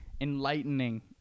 enlightening